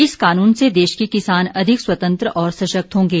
इस कानून से देश के किसान अधिक स्वतंत्र और सशक्त होंगे